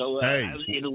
Hey